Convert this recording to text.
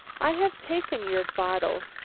i have taken your bottle,